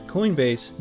Coinbase